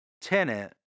Tenant